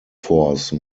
force